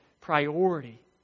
priority